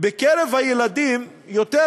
בקרב הילדים, יותר